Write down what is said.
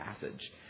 passage